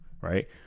Right